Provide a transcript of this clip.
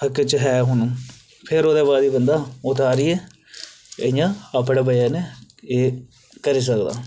हक च ऐ हुन फिर ओह्दे बाद बंदा उतरियै इ'यां अपने मजे नै एह् करी सकदा